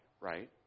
right